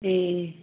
ए